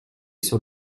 sur